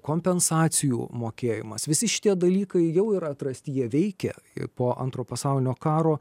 kompensacijų mokėjimas visi šitie dalykai jau yra atrasti jie veikia ir po antro pasaulinio karo